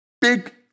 big